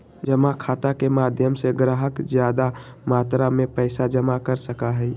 जमा खाता के माध्यम से ग्राहक ज्यादा मात्रा में पैसा जमा कर सका हई